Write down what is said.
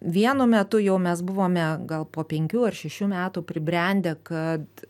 vienu metu jau mes buvome gal po penkių ar šešių metų pribrendę kad